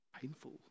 painful